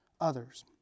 others